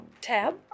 Tab